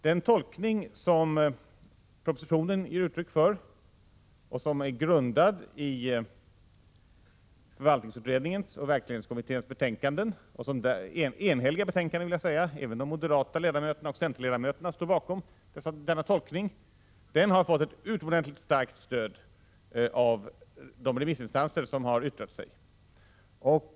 Den tolkning som propositionen ger uttryck för och som är grundad på förvaltningsutredningens och verksledningskommitténs enhälliga betänkanden — även de moderata ledamöterna och centerledamöterna står bakom ställningstagandet härvidlag — har fått ett utomordentligt starkt stöd av de remissinstanser som yttrat sig.